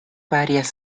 varias